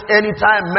anytime